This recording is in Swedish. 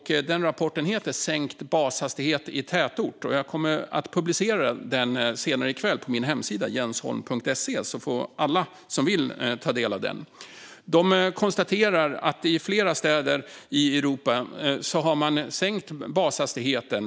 Rapporten heter Sänkt bashastighet i tätort , och jag kommer att publicera den senare i kväll på min hemsida jensholm.se. Då kan alla som vill ta del av den. RUT konstaterar att flera städer i Europa har sänkt bashastigheten.